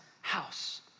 house